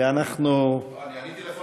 עניתי לפולקמן,